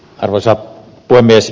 arvoisa puhemies